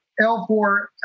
L4